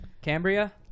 Cambria